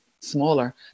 smaller